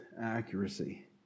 accuracy